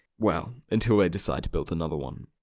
well. until we decide to build another one.